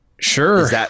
Sure